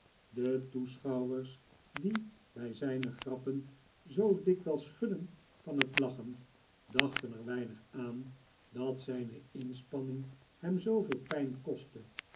de toeschouwers die bij zijne grappen zoo dikwijls schudden van lachen dachten er weinig aan dat zijne inspanning hem zooveel pijn kostte